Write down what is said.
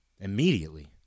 immediately